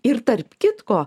ir tarp kitko